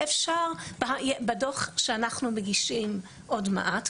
בדוח שאנחנו מגישים עוד מעט,